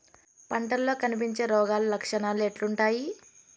పంటల్లో కనిపించే రోగాలు లక్షణాలు ఎట్లుంటాయి?